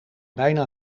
bijna